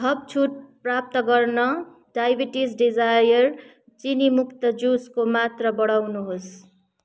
थप छुट प्राप्त गर्न डायबेटिक्स डिजायर चिनीमुक्त जुसको मात्रा बढाउनुहोस्